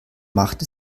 machte